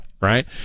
right